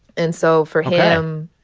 and so for him.